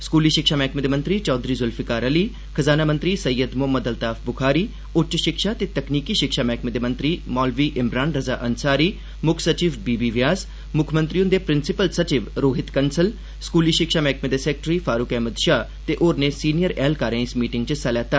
स्कूली शिक्षा मैहकमे दे मंत्री चौधरी जुल्फिकार अली खजाना मंत्री सैय्यद मोहम्मद अल्ताफ बुखारी उच्च शिक्षा ते तकनीकी शिक्षा मैह्कमे दे मंत्री मौलवी इमरान रजा अन्सारी मुक्ख सचिव बी बी व्यास मुक्खमंत्री हुंदे प्रिंसिपल सचिव रोहित कन्सल स्कूली शिक्षा मैह्कमे दे सैक्रेटरी फारूक अहमद शाह ते होरने सीनियर ऐहलकारें इस मीटिंग च हिस्सा लैता